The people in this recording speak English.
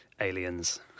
aliens